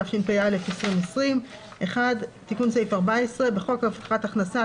התשפ"א 2020 תיקון סעיף 14 1. בחוק הבטחת הכנסה,